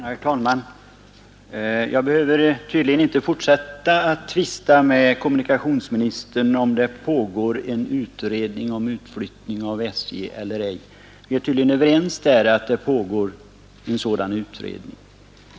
Herr talman! Jag behöver tydligen inte fortsätta att tvista med kommunikationsministern om huruvida det pågår en utredning om utflyttning av SJ eller ej. Vi är tydligen överens om att det pågår en sådan utredning.